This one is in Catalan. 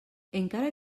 encara